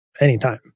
anytime